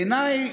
בעיניי,